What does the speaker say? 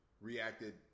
reacted